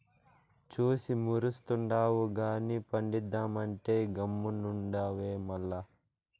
చూసి మురుస్తుండావు గానీ పండిద్దామంటే గమ్మునుండావే మల్ల